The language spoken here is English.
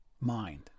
mind